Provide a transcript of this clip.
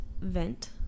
vent